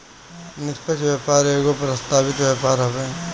निष्पक्ष व्यापार एगो प्रस्तावित व्यापार हवे